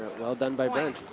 well done by brent.